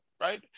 right